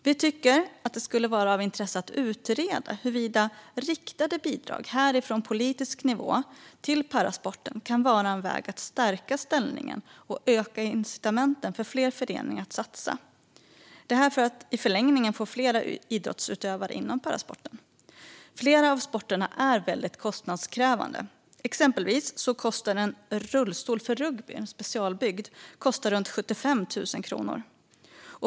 Vi tycker att det skulle vara av intresse att utreda huruvida riktade bidrag från politisk nivå till parasporten kan vara en väg att stärka ställningen och öka incitamenten för fler föreningar att satsa för att i förlängningen få fler idrottsutövare inom parasporten. Flera av sporterna är väldigt kostnadskrävande. Exempelvis kostar en rullstol specialbyggd för rugby runt 75 000 kronor.